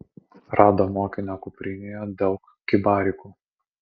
rado mokinio kuprinėje daug kibarikų